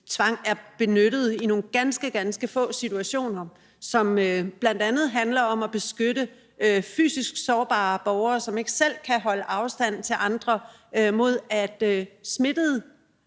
tvang er benyttet i nogle ganske, ganske få situationer, som bl.a. handler om at beskytte fysisk sårbare borgere, som ikke selv kan holde afstand til andre, mod, at smittede